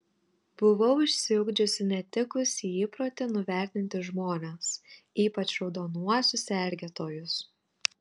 buvau išsiugdžiusi netikusį įprotį nuvertinti žmones ypač raudonuosius sergėtojus